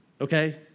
Okay